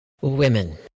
Women